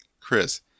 Chris